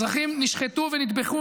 אזרחים נשחטו ונטבחו,